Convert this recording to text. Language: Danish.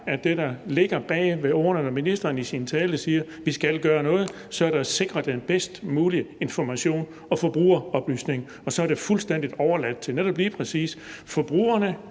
at det, der ligger bag ordene, når ministeren i sin tale siger, at vi skal gøre noget, er at sikre den bedst mulige information og forbrugeroplysning, og at så er det fuldstændig overladt til netop lige præcis forbrugerne,